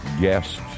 guests